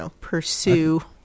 pursue